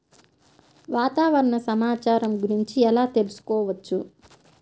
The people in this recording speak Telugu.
వాతావరణ సమాచారం గురించి ఎలా తెలుసుకోవచ్చు?